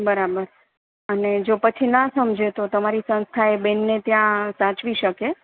બરાબર અને જો પછી ના સમજે તો પછી તમારી સંસ્થા એ બેનને ત્યા સાચવી શકે